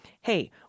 hey